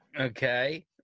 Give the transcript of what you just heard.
Okay